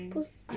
不是